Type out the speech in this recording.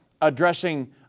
addressing